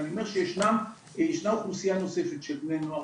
אני אומר שישנה אוכלוסיה נוספת של בני נוער